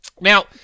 Now